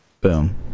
Boom